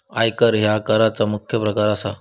आयकर ह्या कराचा मुख्य प्रकार असा